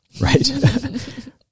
Right